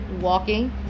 walking